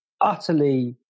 utterly